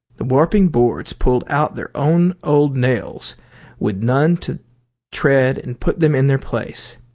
the warping boards pull out their own old nails with none to tread and put them in their place.